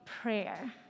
prayer